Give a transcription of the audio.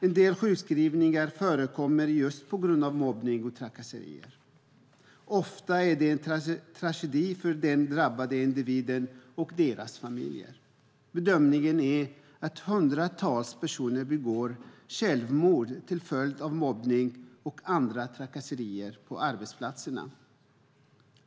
En del sjukskrivningar förekommer just på grund av mobbning och trakasserier. Ofta är det en tragedi för den drabbade individen och dennes familj. Bedömningen är att hundratals personer begår självmord till följd av mobbning och andra trakasserier på arbetsplatserna.